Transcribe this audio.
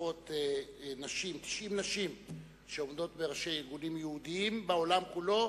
נמצאות 90 נשים שעומדות בראשי ארגונים יהודיים בעולם כולו,